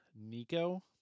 Nico